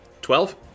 Twelve